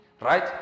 Right